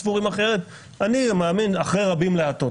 אני חושב שהניסיון כאן,